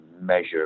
measure